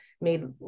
made